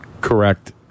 Correct